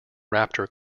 raptor